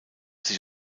sich